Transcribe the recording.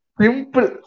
simple